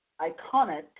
iconic